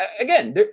again